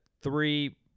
three